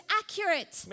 accurate